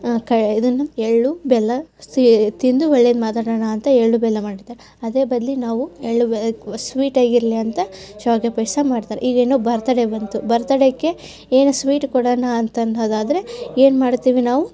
ಕಾ ಇದನ್ನು ಎಳ್ಳು ಬೆಲ್ಲ ಸಿಹಿ ತಿಂದು ಒಳ್ಳೇದು ಮಾತಾಡೋಣ ಅಂತ ಎಳ್ಳು ಬೆಲ್ಲ ಮಾಡ್ತಾರೆ ಅದರ ಬದ್ಲಿಗೆ ನಾವು ಎಳ್ಳು ಬೆ ಸ್ವೀಟ್ ಆಗಿರಲಿ ಅಂತ ಶಾವಿಗೆ ಪಾಯಸ ಮಾಡ್ತಾರೆ ಈಗ ಇನ್ನೂ ಬರ್ತಡೇ ಬಂತು ಬರ್ತಡೇಗೆ ಏನಾರು ಸ್ವೀಟ್ ಕೊಡೋಣ ಅಂತ ಅನ್ನೋದಾದರೆ ಏನು ಮಾಡ್ತೀವಿ ನಾವು